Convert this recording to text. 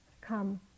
come